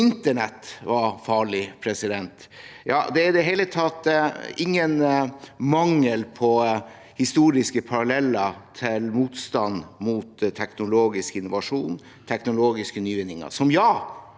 Internett var farlig. Det er i det hele tatt ingen mangel på historiske paralleller til motstand mot teknologisk innovasjon og teknologiske nyvinninger – som får